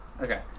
Okay